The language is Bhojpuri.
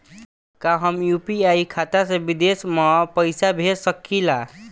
का हम यू.पी.आई खाता से विदेश म पईसा भेज सकिला?